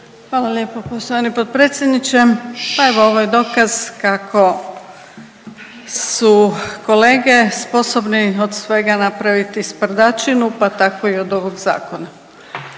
Hvala lijepo poštovani potpredsjedniče. Pa evo ovo je dokaz kako su kolege sposobni od svega napraviti sprdačinu pa tako i od ovog zakona